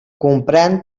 comprèn